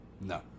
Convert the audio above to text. No